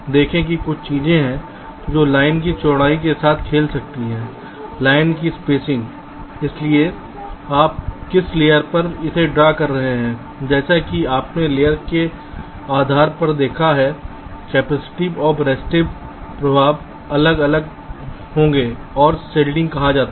देखें कि कुछ चीजें हैं जो लाइन की चौड़ाई के साथ खेल सकती हैं लाइन की स्पेसिंग इसलिए आप किस लेयर पर इसे ड्रॉ कर रहे हैं जैसा कि आपने लेयर के आधार पर देखा है कैपेसिटिव और रजिस्टिव प्रभाव अलग अलग होंगे और शिल्डिंग कहा जाता है